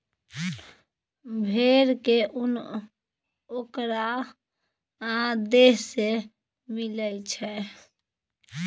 भेड़ के उन ओकरा देह से मिलई छई